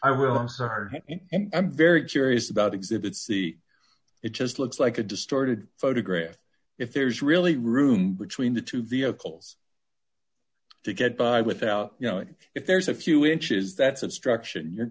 and i'm very curious about exhibit c it just looks like a distorted photograph if there's really room between the two vehicles to get by without you know if there's a few inches that's obstruction you're